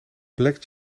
black